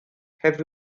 heavy